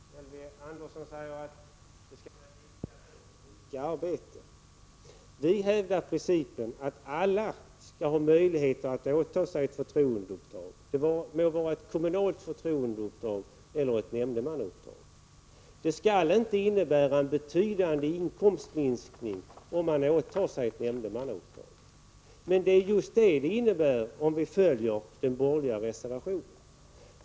Herr talman! Låt mig börja med nämndemännens ersättning. Elving Andersson sade att det skall vara lika lön för lika arbete. Vi hävdar principen att alla skall få möjlighet att åta sig ett förtroendeuppdrag, det må vara ett kommunalt förtroendeuppdrag eller nämndemannauppdrag. Det skall inte innebära en betydande inkomstminskning, om man åtar sig ett nämndemannauppdrag. Men det är just detta som blir följden, om vi antar den borgerliga reservationen.